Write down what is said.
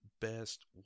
best